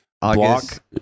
Block